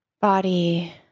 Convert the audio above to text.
body